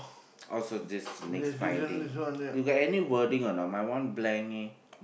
oh so this the next finding you got any wording or not my one blank eh